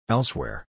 Elsewhere